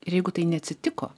ir jeigu tai neatsitiko